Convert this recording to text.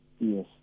Yes